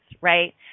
right